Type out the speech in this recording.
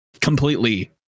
completely